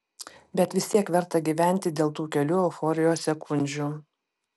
bet vis tiek verta gyventi dėl tų kelių euforijos sekundžių